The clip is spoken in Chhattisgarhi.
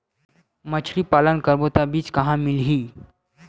मछरी पालन करबो त बीज कहां मिलही?